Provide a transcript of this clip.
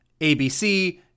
ABC